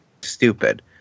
stupid